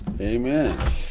amen